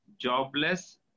jobless